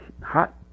hot